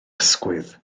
ysgwydd